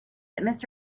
that